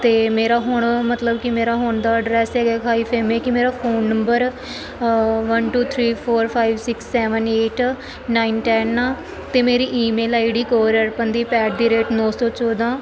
ਅਤੇ ਮੇਰਾ ਹੁਣ ਮਤਲਬ ਕਿ ਮੇਰਾ ਹੁਣ ਦਾ ਐਡਰੈਸ ਹੈਗਾ ਖਾਈਫੇਮੇ ਕਿ ਮੇਰਾ phone number one two three four five six seven eight nine ten ਅਤੇ ਮੇਰੀ email ID Kaur Arpandeep at the rate ਨੌ ਸੌ ਚੋਦ੍ਹਾਂ